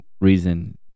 reason